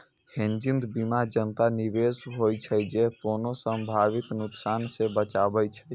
hedging बीमा जकां निवेश होइ छै, जे कोनो संभावित नुकसान सं बचाबै छै